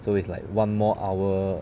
so it's like one more hour